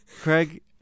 Craig